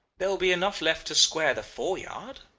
there will be enough left to square the foreyard